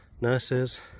nurses